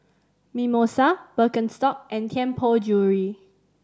Mimosa Birkenstock and Tianpo Jewellery